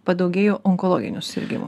padaugėjo onkologinių susirgimų